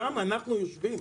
שם אנחנו יושבים,